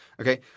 Okay